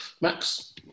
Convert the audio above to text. Max